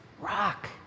rock